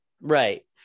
Right